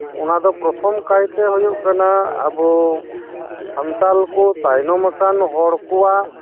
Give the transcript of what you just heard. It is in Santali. ᱚᱱᱟᱫᱚ ᱯᱨᱚᱛᱷᱚᱢ ᱠᱟᱭᱛᱮ ᱦᱩᱭᱩᱜ ᱠᱟᱱᱟ ᱟᱵᱩ ᱥᱟᱱᱛᱟᱲ ᱠᱩ ᱛᱟᱭᱱᱚᱢ ᱟᱠᱟᱱ ᱦᱚᱲᱠᱚᱣᱟᱜ